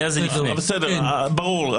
ברור.